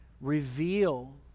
reveal